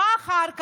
מה אחר כך?